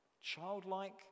childlike